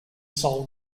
solve